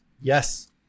Yes